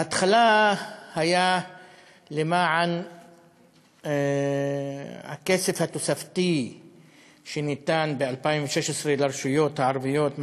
בהתחלה זה היה למען הכסף התוספתי שניתן ב-2016 לרשויות הערביות,